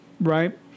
right